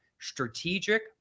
strategic